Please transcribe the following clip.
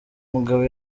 mugabo